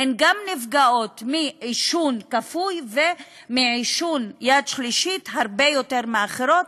נפגעות גם מעישון כפוי ומעישון יד שלישית הרבה יותר מאחרים,